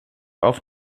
auf